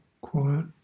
quiet